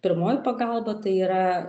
pirmoji pagalba tai yra